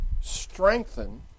strengthen